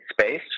space